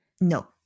no